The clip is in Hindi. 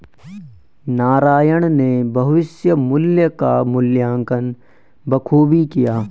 नारायण ने भविष्य मुल्य का मूल्यांकन बखूबी किया